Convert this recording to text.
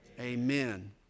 amen